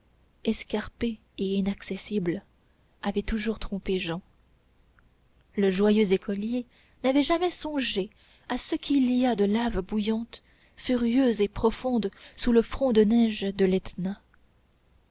escarpée et inaccessible avait toujours trompé jehan le joyeux écolier n'avait jamais songé à ce qu'il y a de lave bouillante furieuse et profonde sous le front de neige de l'etna